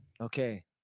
Okay